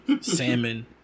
Salmon